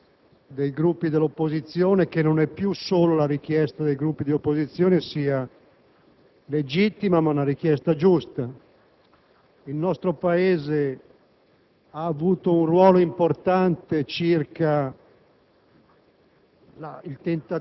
Presidente, riteniamo che la richiesta dei Gruppi di opposizione, che non è più solo la richiesta dei Gruppi di opposizione, sia legittima, ma soprattutto giusta.